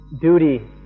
duty